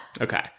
Okay